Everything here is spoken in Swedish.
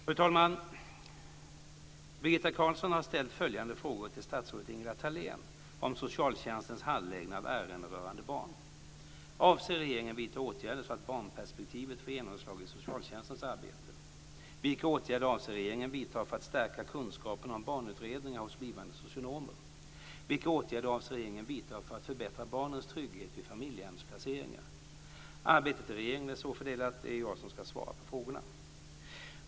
Fru talman! Birgitta Carlsson har ställt följande frågor till statsrådet Ingela Thalén om socialtjänstens handläggning av ärenden rörande barn. Avser regeringen vidta åtgärder så att barnperspektivet får genomslag i socialtjänstens arbete? Vilka åtgärder avser regeringen vidta för att stärka kunskapen om barnutredningar hos blivande socionomer? Vilka åtgärder avser regeringen vidta för att förbättra barnens trygghet vid familjehemsplaceringar. Arbetet i regeringen är så fördelat att det är jag som ska svara på frågorna.